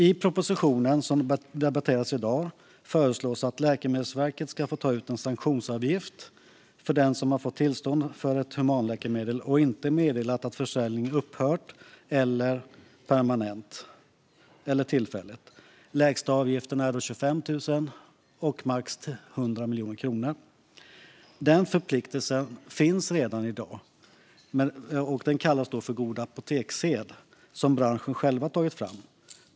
I propositionen som debatteras i dag föreslås att Läkemedelsverket ska få ta ut en sanktionsavgift för den som har fått tillstånd för ett humanläkemedel och inte meddelat att försäljningen upphört permanent eller tillfälligt. Lägsta avgiften är 25 000 kronor och den maximala 100 miljoner kronor. Den förpliktelsen finns redan i dag. Den kallas för god apoteksed, som branschen själv tagit fram.